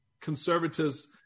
conservatives